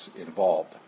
involved